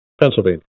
Pennsylvania